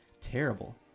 Terrible